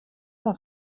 nur